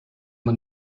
man